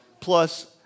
plus